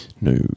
No